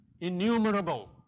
innumerable